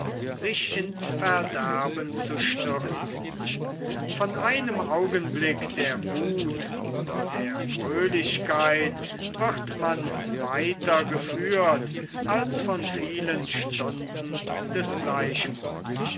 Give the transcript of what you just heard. sich ins verderben zu stürzen von einem augenblick der wuth oder der fröhlichkeit wird man weiter geführt als von vielen stunden des gleichmuths